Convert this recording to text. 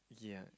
yeah